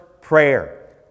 prayer